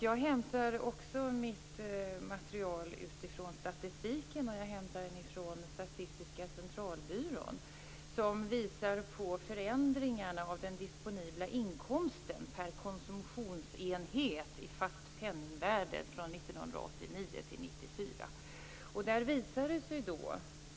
Jag hämtar också mitt material från Statistiska centralbyrån. Den statistiken visar förändringarna av den disponibla inkomsten per konsumtionsenhet i fast penningvärde 1989-1994.